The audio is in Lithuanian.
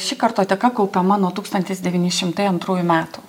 ši kartoteka kaupiama nuo tūkstantis devyni šimtai antrųjų metų